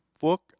book